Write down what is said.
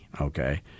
okay